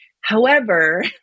however-